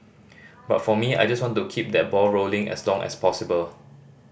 but for me I just want to keep that ball rolling as long as possible